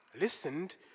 listened